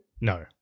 No